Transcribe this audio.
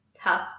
tough